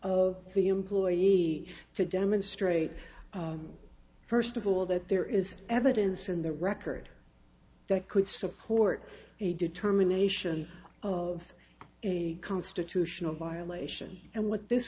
of the employee to demonstrate first of all that there is evidence in the record that could support a determination of a constitutional violation and what this